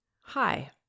Hi